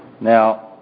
Now